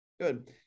Good